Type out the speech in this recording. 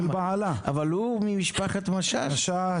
אבל הוא ממשפחת משש?